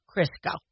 Crisco